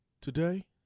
Today